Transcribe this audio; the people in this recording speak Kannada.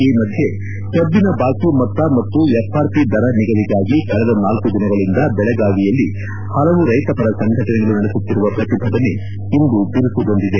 ಈ ಮಧ್ಯೆ ಕಬ್ಬನ ಬಾಕಿ ಮೊತ್ತ ಮತ್ತು ಎಫ್ ಆರ್ ಪಿ ದರ ನಿಗದಿಗಾಗಿ ಕಳೆದ ನಾಲ್ಕು ದಿನಗಳಿಂದ ಬೆಳಗಾವಿಯಲ್ಲಿ ಹಲವು ರೈತ ಪರ ಸಂಘಟನೆಗಳು ನಡೆಸುತ್ತಿರುವ ಪ್ರತಿಭಟನೆ ಇಂದು ಬಿರುಸುಗೊಂಡಿದೆ